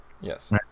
yes